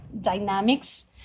dynamics